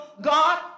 God